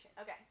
okay